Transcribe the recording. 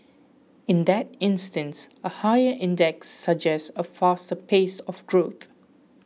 in that instance a higher index suggests a faster pace of growth